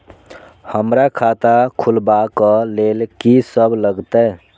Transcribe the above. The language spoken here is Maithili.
हमरा खाता खुलाबक लेल की सब लागतै?